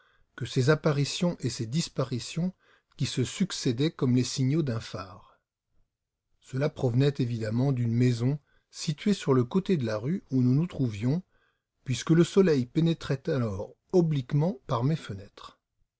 que ces apparitions et ces disparitions qui se succédaient comme les signaux d'un phare cela provenait évidemment d'une maison située sur le côté de la rue où nous nous trouvions puisque le soleil pénétrait alors obliquement par mes fenêtres